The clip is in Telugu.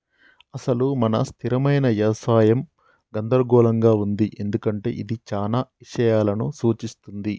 అసలు మన స్థిరమైన యవసాయం గందరగోళంగా ఉంది ఎందుకంటే ఇది చానా ఇషయాలను సూఛిస్తుంది